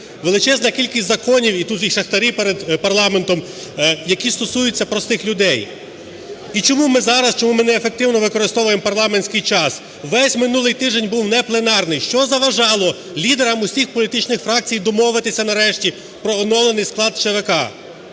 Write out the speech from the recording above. Величезна кількість законів (тут і шахтарі перед парламентом), які стосуються простих людей. І чому ми зараз, чому ми неефективно використовуємо парламентський час. Весь минулий тиждень був не пленарний, що заважало лідерам всіх політичних фракцій домовитися нарешті про оновлений склад ЦВК?